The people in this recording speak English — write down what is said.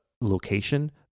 location